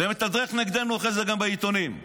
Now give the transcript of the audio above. ומתדרך נגדנו אחרי זה בעיתונים.